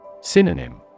Synonym